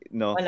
no